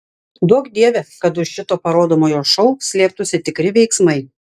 duok dieve kad už šito parodomojo šou slėptųsi tikri veiksmai